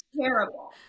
terrible